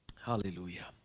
hallelujah